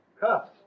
cuffs